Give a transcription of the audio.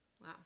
Wow